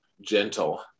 gentle